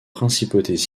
principautés